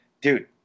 dude